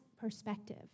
perspective